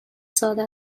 ساده